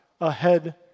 ahead